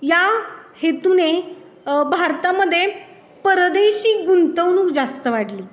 या हेतुने भारतामध्ये परदेशी गुंतवणूक जास्त वाढली